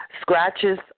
scratches